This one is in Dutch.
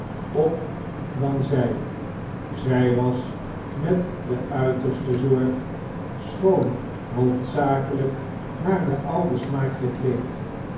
op dan zij zij was met de uiterste zorg schoon hoofdzakelijk naar den ouden smaak gekleed